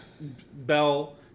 Bell